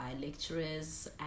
lecturers